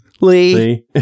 Lee